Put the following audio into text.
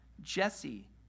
Jesse